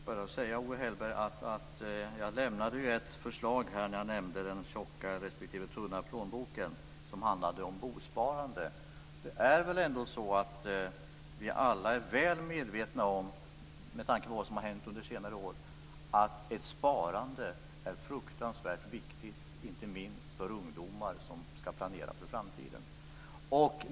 Fru talman! Jag lämnade ett förslag om bosparande i mitt anförande när jag nämnde den tjocka respektive tunna plånboken. Med tanke på vad som har hänt under senare år är vi alla väl medvetna om att ett sparande är fruktansvärt viktigt, inte minst för ungdomar som ska planera för framtiden.